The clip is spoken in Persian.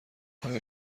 آیا